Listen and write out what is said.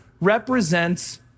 represents